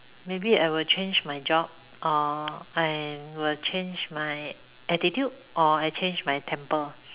maybe I will change my job or I will change my attitude or I change my temper